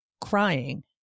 crying